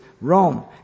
Rome